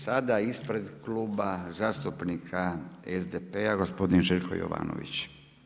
Sad ispred Kluba zastupnika SDP-a gospodin Željko Jovanović.